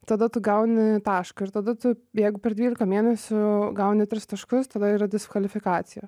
tada tu gauni tašką ir tada tu jeigu per dvylika mėnesių gauni tris taškus tada yra diskvalifikacija